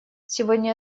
сегодня